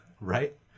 Right